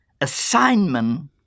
assignment